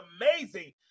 amazing